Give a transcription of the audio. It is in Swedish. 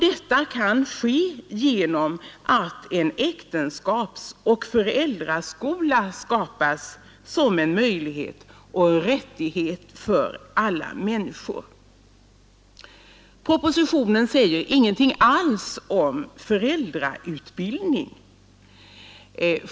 Detta kan ske genom att en äktenskapsoch föräldraskola skapas som en möjlighet och rättighet för alla människor. Propositionen säger ingenting alls om föräldrautbildning.